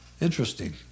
Interesting